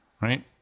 right